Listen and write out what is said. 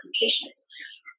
patients